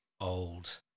old